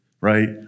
right